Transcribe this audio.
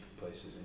places